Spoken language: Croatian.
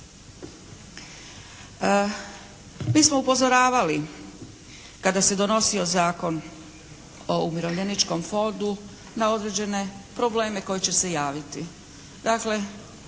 Mi smo upozoravali kada se donosio Zakon o umirovljeničkom fondu na određene probleme koji će se javiti.